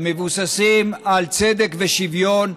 המבוססים על צדק ושוויון,